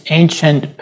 ancient